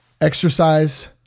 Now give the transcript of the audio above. Exercise